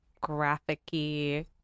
graphic-y